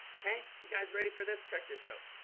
okay, you guys ready for this check this out?